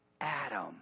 Adam